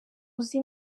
uzi